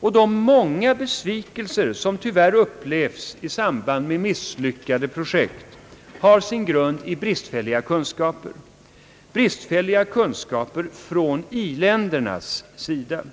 och de många besvikelser, som tyvärr upplevs i samband med misslyckade projekt, har sin grund i bristfälliga kunskaper på i-ländernas sida.